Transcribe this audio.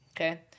Okay